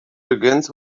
begins